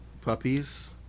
Puppies